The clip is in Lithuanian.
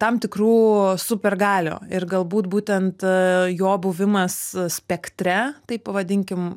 tam tikrų supergalių ir galbūt būtent jo buvimas spektre taip pavadinkim